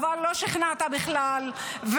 אבל לא שכנעת בכלל,